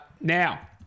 Now